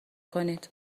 کنید